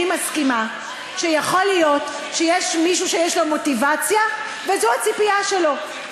אני מסכימה שיכול להיות שיש מישהו שיש לו מוטיבציה וזו הציפייה שלו,